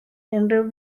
unrhyw